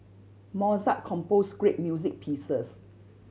Mozart composed great music pieces